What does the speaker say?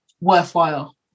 worthwhile